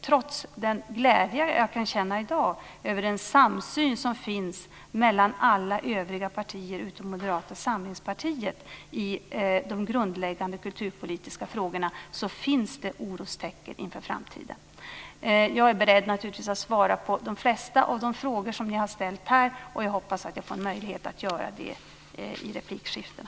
Trots den glädje jag kan känna i dag över den samsyn som finns mellan alla övriga partier utom Moderata samlingspartiet i de grundläggande kulturpolitiska frågorna finns det orostecken inför framtiden. Jag är naturligtvis beredd att svara på de flesta av de frågor som ni har ställt här. Jag hoppas att jag får en möjlighet att göra det i replikskiftena.